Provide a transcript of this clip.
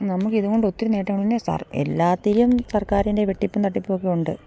നമുക്കിതു കൊണ്ട് ഒത്തിരി നേട്ടങ്ങൾ തന്നെ സർ എല്ലാറ്റിലും സർക്കാരിൻ്റെ വെട്ടിപ്പും തട്ടിപ്പും ഒക്കെ ഉണ്ട്